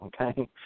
okay